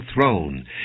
throne